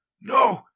No